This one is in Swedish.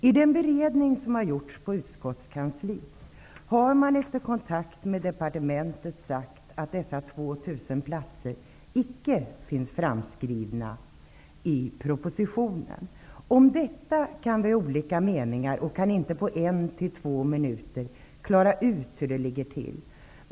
I den beräkning som har gjorts av utskottskansliet har man efter kontakt med departementet sagt att dessa 2 000 platser icke finns framskrivna i propositionen. Om detta kan vi ha olika meningar och kan inte på en eller två minuter klara ut hur det ligger till.